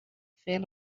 fer